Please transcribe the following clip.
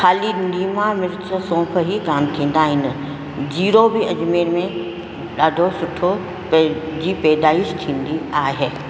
खाली लीमां मिर्च सौंफ ई कान थींदा आहिनि जीरो बि अजमेर में ॾाढो सुठो पे जी पैदाइश थींदी आहे